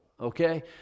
Okay